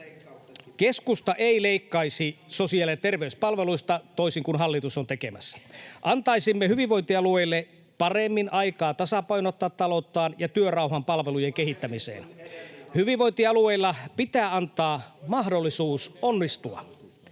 Keskusta ei leikkaisi sosiaali- ja terveyspalveluista, toisin kuin hallitus on tekemässä. Antaisimme hyvinvointialueille paremmin aikaa tasapainottaa talouttaan ja työrauhan palvelujen kehittämiseen. [Ben Zyskowicz: Siis paremmin kuin